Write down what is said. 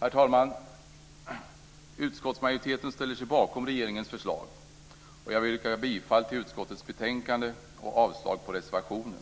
Herr talman! Utskottsmajoriteten ställer sig bakom regeringens förslag. Jag vill yrka bifall till utskottets hemställan betänkandet och avslag på reservationen.